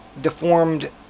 deformed